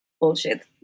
bullshit